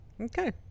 Okay